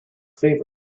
favor